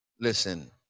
Listen